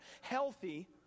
healthy